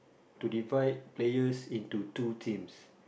to divide players into two teams